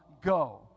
go